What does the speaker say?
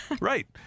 Right